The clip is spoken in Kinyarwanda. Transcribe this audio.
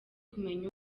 kumenya